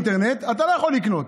באינטרנט, אתה לא יכול לקנות.